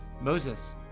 Moses